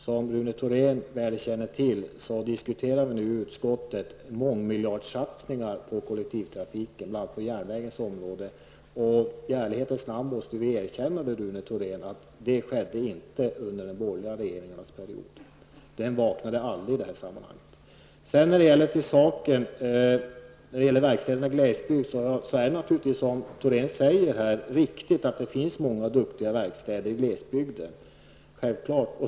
Som Rune Thorén väl känner till, diskuterar vi nu i utskottet mångmiljardsatsningar på kollektivtrafiken bl.a. på järnvägens område. I ärlighetens namn måste vi erkänna, Rune Thorén, att det inte skedde under de borgerliga regeringarnas period. De vaknade aldrig i det här sammanhanget. Det är naturligtvis riktigt som Rune Thorén säger att det finns många bra verkstäder på glesbygden.